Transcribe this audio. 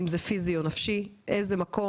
אם זה פיזי או נפשי ?איזה מקום?